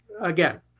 Again